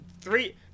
three